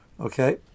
okay